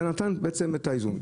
זה נתן את האיזון.